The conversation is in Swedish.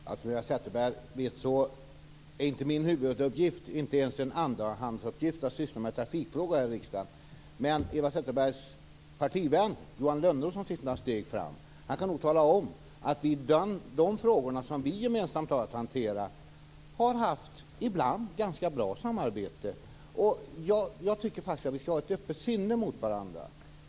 Fru talman! Som Hanna Zetterberg vet är det inte min huvuduppgift, inte ens min andrahandsuppgift, att syssla med trafikfrågor här i riksdagen. Men Hanna Zetterbergs partivän, Johan Lönnroth, som sitter några platser längre fram, kan nog tala om att vi i de frågor som vi gemensamt har att hantera ibland har haft ganska bra samarbete. Jag tycker faktiskt att vi skall ha ett öppet sinne mot varandra.